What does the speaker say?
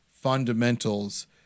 fundamentals